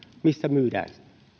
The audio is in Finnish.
missä myydään